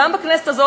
גם בכנסת הזאת,